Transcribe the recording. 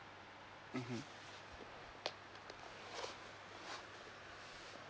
mmhmm